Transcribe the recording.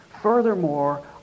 Furthermore